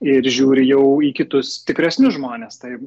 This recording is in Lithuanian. ir žiūri jau į kitus stipresnius žmones tai